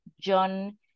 John